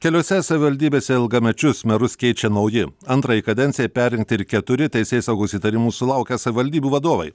keliose savivaldybėse ilgamečius merus keičia nauji antrai kadencijai perrinkti ir keturi teisėsaugos įtarimų sulaukę savivaldybių vadovai